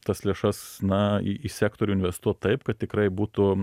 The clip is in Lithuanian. tas lėšas na į sektorių investuot taip kad tikrai būtų